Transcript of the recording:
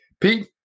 Pete